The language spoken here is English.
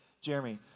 Jeremy